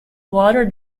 water